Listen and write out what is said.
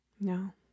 No